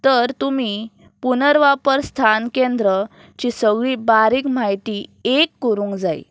तर तुमी पुनर्वापर स्थान केंद्रची सगळी बारीक म्हायती एक करूंक जायी